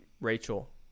Rachel